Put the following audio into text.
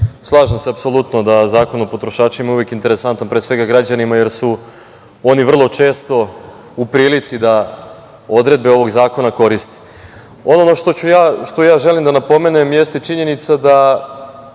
zakona. Slažem se apsolutno da je Zakon o potrošačima interesantan pre svega građanima, jer su oni vrlo često u prilici da odredbe ovog zakona koriste. Ono što ja želim da napomenem jeste činjenica da,